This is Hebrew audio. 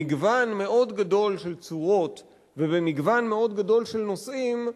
במגוון מאוד גדול של צורות ובמגוון מאוד גדול של נושאים,